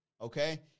okay